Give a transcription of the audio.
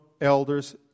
elders